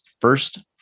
first